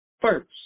first